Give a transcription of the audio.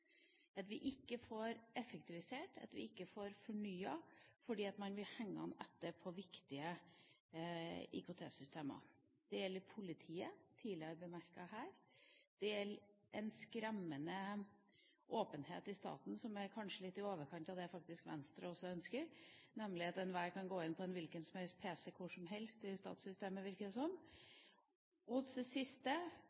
viktige IKT-systemer. Det gjelder i politiet – tidligere bemerket her – og det gjelder en skremmende åpenhet i staten, som kanskje er litt i overkant av hva faktisk også Venstre ønsker, nemlig at enhver kan gå inn på en hvilken som helst PC hvor som helst i statssystemet, virker det som.